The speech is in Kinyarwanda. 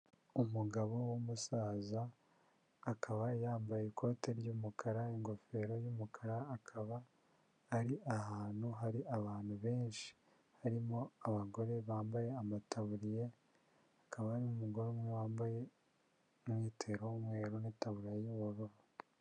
Umugabo w'umusaza akaba yambaye ikote ry'umukara, ingofero y'umukara, akaba ari ahantu hari abantu benshi, harimo abagore bambaye amataburiya, hakaba hari n'umugore umwe wambaye umwitero w'umweru n'itabura y'ubururu.